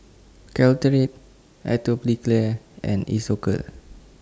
Caltrate Atopiclair and Isocal